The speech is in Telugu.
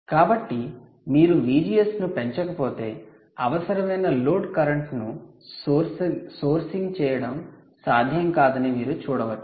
కాబట్టి మీరు VGS ను పెంచకపోతే అవసరమైన లోడ్ కరెంట్ను సోర్సింగ్ చేయడం సాధ్యం కాదని మీరు చూడవచ్చు